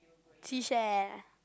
seashell